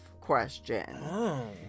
question